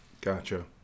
Gotcha